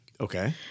Okay